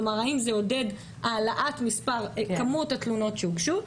כלומר, האם זה עודד את כמות התלונות שהוגשו?